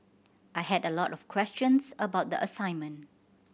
I had a lot of questions about the assignment